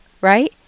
right